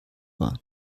war